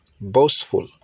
boastful